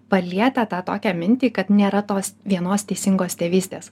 palietę tą tokią mintį kad nėra tos vienos teisingos tėvystės